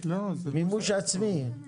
מימוש עצמי.